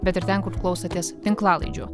bet ir ten kur klausotės tinklalaidžių